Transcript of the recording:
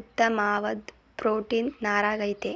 ಉತ್ತಮ್ವಾದ್ protein ನಾರಾಗಯ್ತೆ